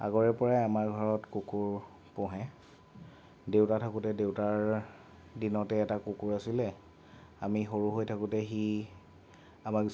আগৰে পৰা আমাৰ ঘৰত কুকুৰ পোহে দেউতা থাকোঁতে দেউতাৰ দিনতে এটা কুকুৰ আছিলে আমি সৰু হৈ থাকোঁতে সি